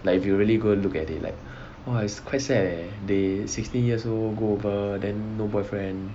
like if you really go look at it like !wah! is quite sad leh they sixteen years old go over then no boyfriend